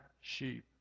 sheep